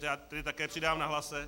Já tedy také přidám na hlase.